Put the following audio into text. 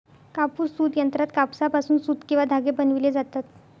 कापूस सूत यंत्रात कापसापासून सूत किंवा धागे बनविले जातात